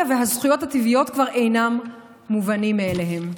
והזכויות הטבעיות כבר אינן מובנות מאליהן.